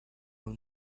will